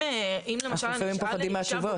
לפעמים הם פוחדים מהתשובות.